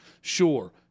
Sure